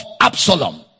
Absalom